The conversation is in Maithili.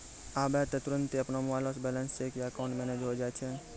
आबै त तुरन्ते अपनो मोबाइलो से बैलेंस चेक या अकाउंट मैनेज होय जाय छै